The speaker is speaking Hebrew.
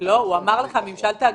אמר ממשל תאגידי.